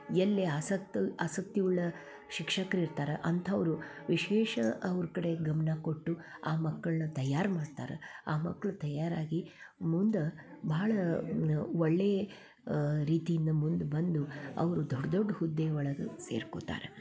ಎಲ್ಲಿ ಆಸಕ್ತಿ ಆಸಕ್ತಿಯಳ್ಳ ಶಿಕ್ಷಕರು ಇರ್ತಾರ ಅಂಥವರು ವಿಶೇಷ ಅವರ ಕಡೆ ಗಮನ ಕೊಟ್ಟು ಆ ಮಕ್ಕಳನ್ನ ತಯಾರು ಮಾಡ್ತಾರೆ ಆ ಮಕ್ಕಳು ತಯಾರಾಗಿ ಮುಂದೆ ಬಹಳ ಒಳ್ಳೆಯ ರೀತಿಯಿಂದ ಮುಂದೆ ಬಂದು ಅವರು ದೊಡ್ಡ ದೊಡ್ಡ ಹುದ್ದೆ ಒಳಗೆ ಸೇರ್ಕೊತಾರೆ